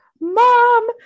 mom